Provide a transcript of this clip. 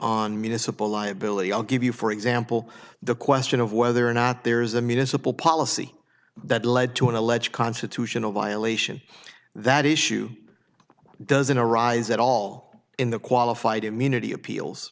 on municipal liability i'll give you for example the question of whether or not there is a municipal policy that led to an alleged constitutional violation that issue doesn't arise at all in the qualified immunity appeals